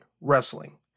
wrestling